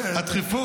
הדחיפות,